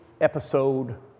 episode